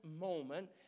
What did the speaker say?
moment